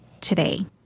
today